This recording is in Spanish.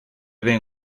den